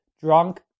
drunk